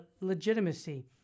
legitimacy